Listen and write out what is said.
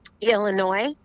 Illinois